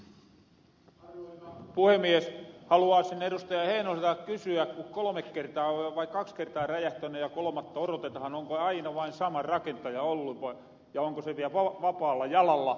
heinoselta kysyä ku kolome kertaa on jo vai kaksi kertaa on räjähtäny ja kolomatta orotetahan onko aina vain sama rakentaja ollu ja onko se vielä vapaalla jalalla